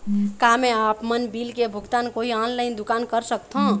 का मैं आपमन बिल के भुगतान कोई ऑनलाइन दुकान कर सकथों?